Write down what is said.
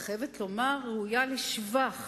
ואני חייבת לומר ראויה לשבח,